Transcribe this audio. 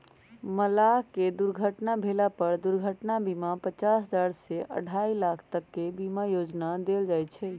मलाह के दुर्घटना भेला पर दुर्घटना बीमा पचास हजार से अढ़ाई लाख तक के बीमा योजना देल जाय छै